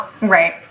Right